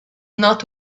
not